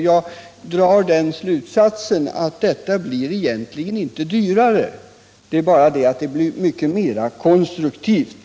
Jag drar slutsatsen att detta egentligen inte blir dyrare. Det blir framför allt mycket mera konstruktivt.